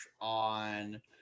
on